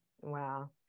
Wow